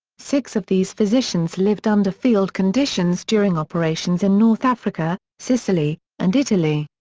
six of these physicians lived under field conditions during operations in north africa, sicily, and italy.